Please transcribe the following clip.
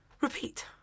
Repeat